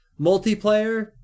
Multiplayer